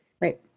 Right